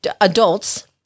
adults